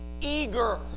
eager